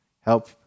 help